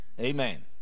Amen